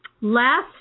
Last